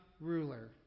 ruler